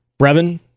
Brevin